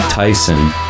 Tyson